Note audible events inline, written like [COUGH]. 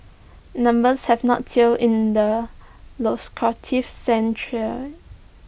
numbers have not till in the [UNINTELLIGIBLE] sand trade